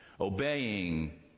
obeying